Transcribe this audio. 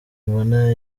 mbona